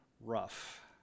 rough